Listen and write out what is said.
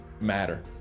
matter